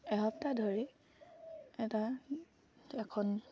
এসপ্তাহ ধৰি এটা এখন